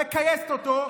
מכייסת אותו.